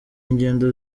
ingendo